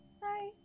Hi